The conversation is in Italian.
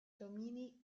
domini